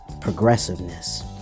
progressiveness